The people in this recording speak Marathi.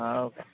हाव का